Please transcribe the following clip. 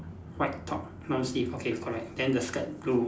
white top long sleeve okay correct then the skirt blue